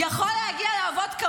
יכול להגיע לעבוד,